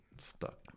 stuck